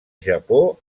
japó